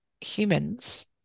humans